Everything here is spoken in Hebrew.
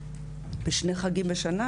בשני חגים בשנה,